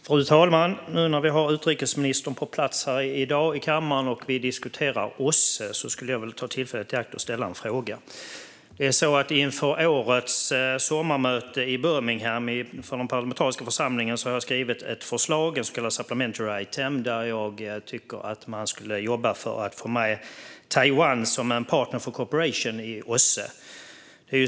Fru talman! Nu när vi har utrikesministern på plats i kammaren och diskuterar OSSE skulle jag vilja ta tillfället i akt att ställa en fråga. Inför årets sommarmöte med den parlamentariska församlingen i Birmingham har jag skrivit ett förslag, ett så kallat supplementary item, där jag tycker att man ska jobba för att få med Taiwan som en partner for cooperation i OSSE.